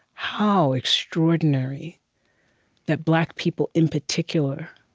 how extraordinary that black people, in particular